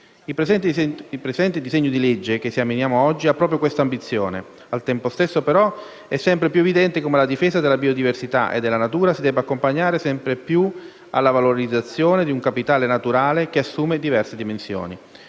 Il disegno di legge che esaminiamo oggi ha proprio questa ambizione. Al tempo stesso, però, è sempre più evidente come la difesa della biodiversità e della natura si debba accompagnare sempre più alla valorizzazione di un capitale naturale che assume diverse dimensioni.